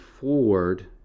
forward